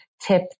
tip